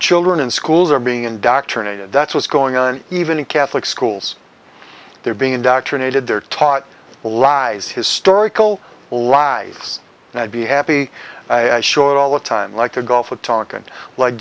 children and schools are being indoctrinated that's what's going on even in catholic schools they're being indoctrinated they're taught lies historical lives and i'd be happy i show it all the time like a gulf of tonkin like